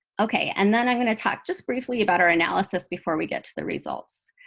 ok, and then i'm going to talk just briefly about our analysis before we get to the results.